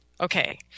Okay